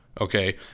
okay